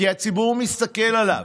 כי הציבור מסתכל עליו.